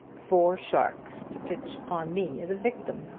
four sharks to pitch upon me as a victim!